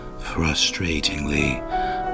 Frustratingly